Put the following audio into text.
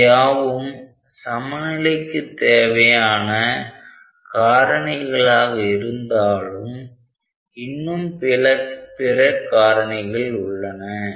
இவையாவும் சமநிலைக்கு தேவையான காரணிகளாக இருந்தாலும் இன்னும் பிற காரணிகள் உள்ளன